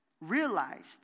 realized